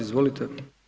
Izvolite.